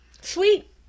Sweet